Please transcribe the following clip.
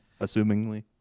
assumingly